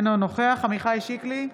אינו נוכח עמיחי שיקלי,